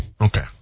Okay